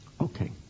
Okay